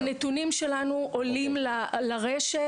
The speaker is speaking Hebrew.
הנתונים שלנו עולים לרשת.